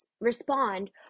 respond